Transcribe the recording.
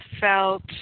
felt